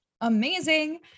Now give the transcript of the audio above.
Amazing